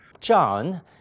John